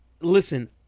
Listen